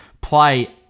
play